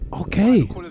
Okay